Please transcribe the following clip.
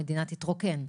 המדינה תתרוקן.